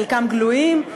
חלקם גלויים,